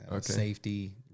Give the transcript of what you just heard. safety